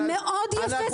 זה מאוד יפה.